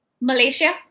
Malaysia